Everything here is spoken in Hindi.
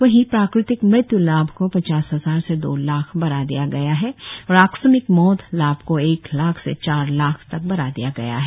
वही प्राकृतिक मृत्य् लाभ को पचास हजार से दो लाख बढ़ा दिया गया है और आकस्मिक मौत लाभ को एक लाख से चार लाख तक बढ़ा दिया गया है